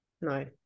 No